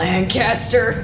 Lancaster